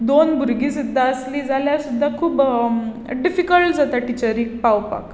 सुद्दां आसलीं जाल्यार सुद्दां खूब डिफिकल्ट जाता टिचरीक पावपाक